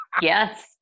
Yes